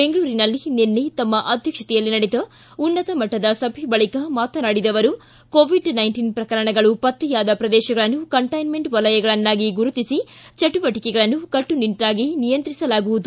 ಬೆಂಗಳೂರಿನಲ್ಲಿ ನಿನ್ನೆ ತಮ್ಮ ಅಧ್ಯಕ್ಷತೆಯಲ್ಲಿ ನಡೆದ ಉನ್ನತ ಮಟ್ಟದ ಸಭೆ ಬಳಿಕ ಮಾತನಾಡಿದ ಅವರು ಕೋವಿಡ್ ಪ್ರಕರಣಗಳು ಪತ್ತೆಯಾದ ಪ್ರದೇಶಗಳನ್ನು ಕಂಟ್ಟೆನ್ಮೆಂಟ್ ವಲಯಗಳನ್ನಾಗಿ ಗುರುತಿಸಿ ಚಟುವಟಕೆಗಳನ್ನು ಕಟ್ಸುನಿಟ್ಲಾಗಿ ನಿಯಂತ್ರಿಸಲಾಗುವುದು